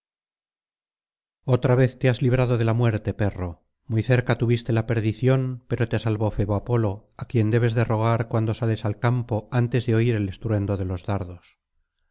otra vez te has librado de la muerte perro muy cerca tuviste la perdición pero tesalvó febo apolo á quien debes de rogar cuando sales al campo antes de oir el estruendo de los dardos